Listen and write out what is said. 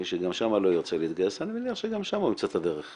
מי שגם שם לא ירצה להתגייס אני מניח שגם שם הוא ימצא את הדרך.